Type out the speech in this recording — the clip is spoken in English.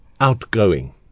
outgoing